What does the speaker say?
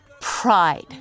pride